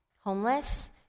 homeless